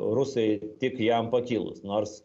rusai tik jam pakilus nors